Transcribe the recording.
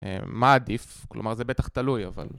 מה עדיף, כלומר זה בטח תלוי, אבל...